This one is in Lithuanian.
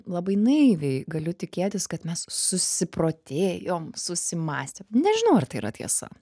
labai naiviai galiu tikėtis kad mes susiprotėjom susimąstėm nežinau ar tai yra tiesa